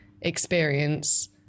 experience